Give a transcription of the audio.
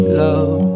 love